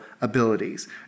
abilities